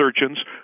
surgeons